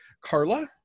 Carla